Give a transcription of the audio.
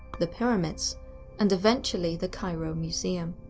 the pyramids and eventually the cairo museum.